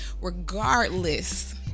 Regardless